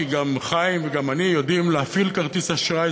כי גם חיים וגם אני יודעים להפעיל כרטיס אשראי,